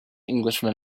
englishman